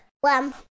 one